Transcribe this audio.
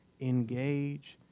engage